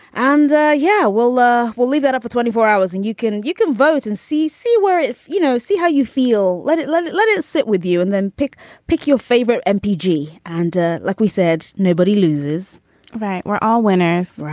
and yeah, well, we'll leave it up for twenty four hours. and you can you can vote and see see where if you know, see how you feel. let it let it let it sit with you and then pick pick your favorite m p g. and like we said, nobody loses right. we're all winners.